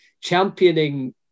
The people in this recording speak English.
championing